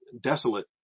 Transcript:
desolate